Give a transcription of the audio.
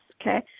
Okay